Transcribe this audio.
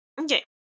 Okay